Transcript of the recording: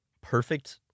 perfect